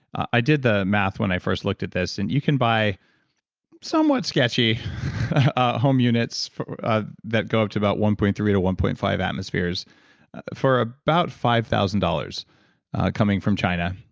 i did the math when i first looked at this, and you can buy somewhat sketchy ah home units that go up to about one point three to one point five atmospheres for ah about five thousand dollars coming from china.